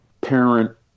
parent